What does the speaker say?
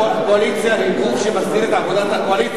הנהלת הקואליציה היא גוף שמסדיר את עבודת הקואליציה,